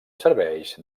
serveix